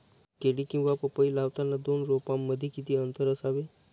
केळी किंवा पपई लावताना दोन रोपांमध्ये किती अंतर असावे?